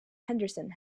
henderson